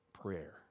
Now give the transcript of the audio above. prayer